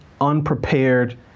unprepared